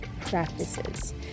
practices